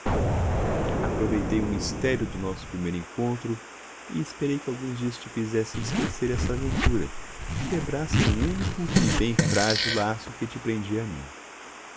aproveitei o mistério do nosso primeiro encontro e esperei que alguns dias te fizessem esquecer essa aventura e quebrassem o único e bem frágil laço que te prendia a mim